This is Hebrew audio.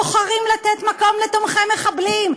"בוחרים לתת מקום לתומכי מחבלים".